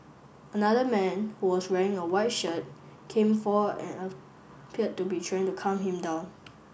another man who was wearing a white shirt came forward and appeared to be trying to calm him down